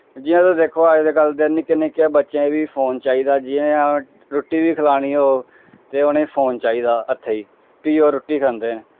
जियां तुस दिक्खो हां अज्जकल दे निक्के निक्के बच्चें गी बी फोन चाहिदा जियां रुट्टी बी खलानी होग ते उ'नेंगी फोन चाहिदा हत्थें च फ्ही ओह् रुट्टी खंदे न